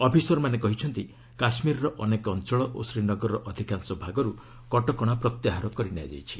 ଅଫିସରମାନେ କହିଛନ୍ତି କାଶ୍ମୀରର ଅନେକ ଅଞ୍ଚଳ ଓ ଶ୍ରୀନଗରର ଅଧିକାଂଶ ଭାଗରୁ କଟକଣା ପ୍ରତ୍ୟାହାର କରିନିଆଯାଇଛି